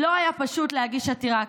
לא היה פשוט להגיש עתירה כזאת.